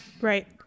right